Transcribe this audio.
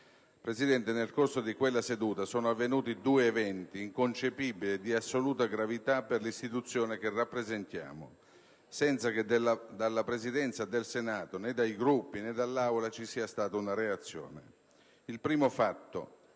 Presidente, nel corso di quella seduta sono avvenuti due eventi, inconcepibili e di assoluta gravità per l'istituzione che rappresentiamo, senza che dalla Presidenza del Senato, né dai Gruppi, né dall'Aula ci sia stata una reazione. Il primo fatto